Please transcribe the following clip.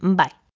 bye!